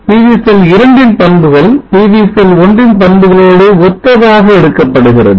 PV செல் 2 ன் பண்புகள் PV செல் 1 ன் பண்புகளோடு ஒத்ததாக எடுக்கப்படுகிறது